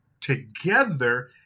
together